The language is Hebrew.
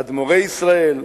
אדמו"רי ישראל,